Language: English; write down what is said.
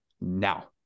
Now